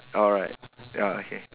alright ya okay